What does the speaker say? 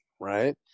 Right